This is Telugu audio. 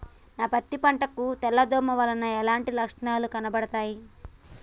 నా పత్తి పంట కు తెల్ల దోమ వలన ఎలాంటి లక్షణాలు కనబడుతాయి?